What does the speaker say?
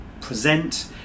present